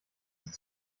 ist